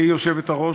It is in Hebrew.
גברתי היושבת-ראש,